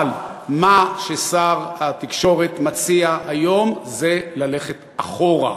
אבל מה ששר התקשורת מציע היום זה ללכת אחורה,